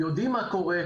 יודעים מה שקורה,